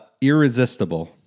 Irresistible